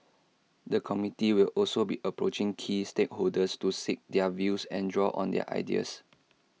the committee will also be approaching key stakeholders to seek their views and draw on their ideas